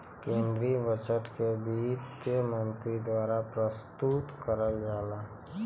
केन्द्रीय बजट के वित्त मन्त्री द्वारा प्रस्तुत करल जाला